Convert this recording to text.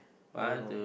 I don't know